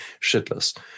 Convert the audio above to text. shitless